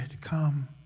come